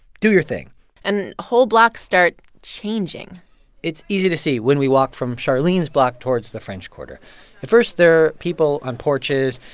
do your thing and whole blocks start changing it's easy to see when we walk from charlene's block towards the french quarter. at first, they're people on porches.